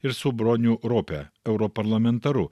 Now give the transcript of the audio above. ir su broniu rope europarlamentaru